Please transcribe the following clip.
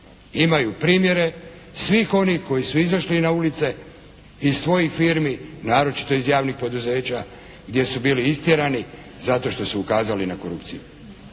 Imaju primjere svih onih koji su izašli na ulice iz svojih firmi, naročito iz javnih poduzeća gdje su bili istjerani zato što su ukazali na korupciju.